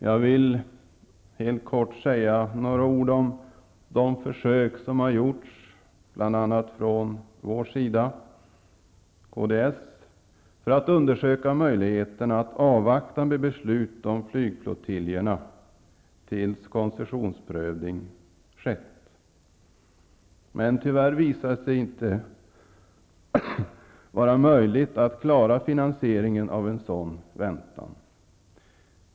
Jag vill helt kort nämna att försök har gjorts bl.a. från kds sida att undersöka möjligheten att avvakta med beslut om flygflottiljerna tills koncessionsprövning skett. Tyvärr visade det sig inte vara möjligt att klara finansieringen av en sådan väntan.